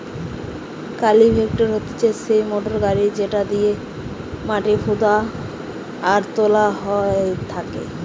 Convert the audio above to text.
cultivator হতিছে সেই motor গাড়ি যেটি দিয়া মাটি হুদা আর তোলা হয় থাকে